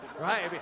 Right